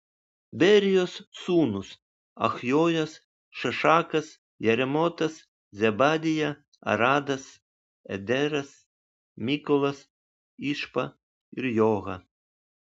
berijos sūnūs achjojas šašakas jeremotas zebadija aradas ederas mykolas išpa ir joha